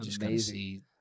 Amazing